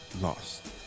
lost